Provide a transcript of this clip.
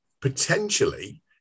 potentially